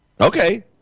Okay